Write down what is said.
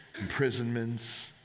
imprisonments